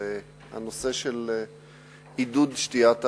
הוא עידוד שתיית האלכוהול.